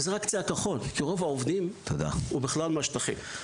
וזה רק קצה הקרחון כי רוב העובדים הוא בכלל מהשטחים.